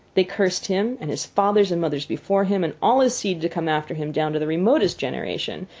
they cursed him, and his fathers and mothers before him, and all his seed to come after him down to the remotest generation,